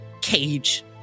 cage